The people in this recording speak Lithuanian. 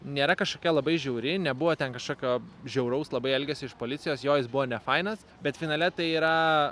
nėra kažkokia labai žiauri nebuvo ten kažkokio žiauraus labai elgiasi iš policijos jo jis buvo nefainas bet finale tai yra